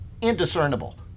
indiscernible